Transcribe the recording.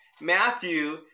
Matthew